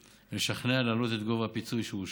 ולשכנע להעלות את גובה הפיצוי שאושר.